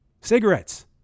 cigarettes